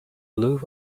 blue